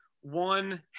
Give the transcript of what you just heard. one